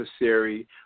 necessary